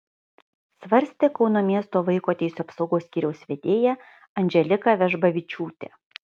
svarstė kauno miesto vaiko teisių apsaugos skyriaus vedėja andželika vežbavičiūtė